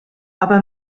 aber